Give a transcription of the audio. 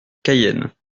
cayenne